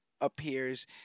appears